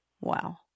Wow